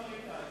של מראית-עין.